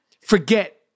forget